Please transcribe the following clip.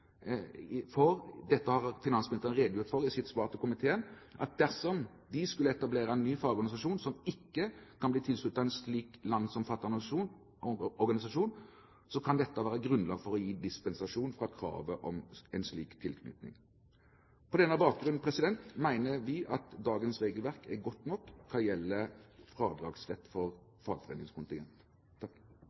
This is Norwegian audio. svar til komiteen at dersom det skal etableres en ny fagorganisasjon som ikke kan bli tilsluttet en slik landsomfattende organisasjon, kan det være grunnlag for å gi dispensasjon fra kravet om en slik tilknytning. På denne bakgrunn mener vi at dagens regelverk er godt nok når det gjelder fradragsrett for fagforeningskontingent.